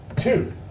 two